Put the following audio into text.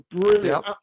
brilliant